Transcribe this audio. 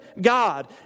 God